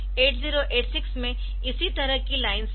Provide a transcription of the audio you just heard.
8086 में इसी तरह की लाइन्स थी